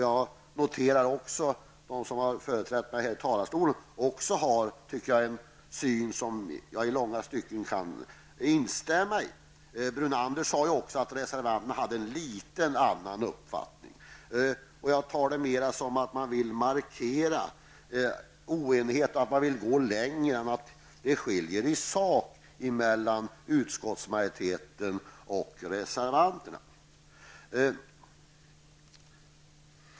Jag noterar också att tidigare talare har en syn som jag i långa stycken kan instämma i. Lennart Brunander sade att reservanterna hade en litet annan uppfattning. Det tar jag mera som att man vill markera oenigheten, att man vill gå litet längre men att det egentligen inte skiljer i sak mellan utskottsmajoriteten och reservanterna.